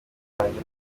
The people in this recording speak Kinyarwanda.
banjye